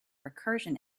recursion